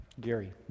Gary